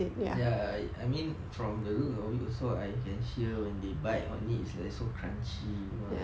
ya I mean from the look of it also I can hear when they bite on it it's like so crunchy like